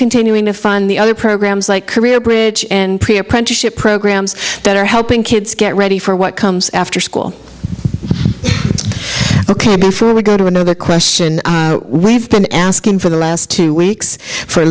continuing to fund the other programs like career bridge and pre apprenticeship programs that are helping kids get ready for what comes after school ok before we go to another question we've been asking for the last two weeks for